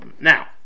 Now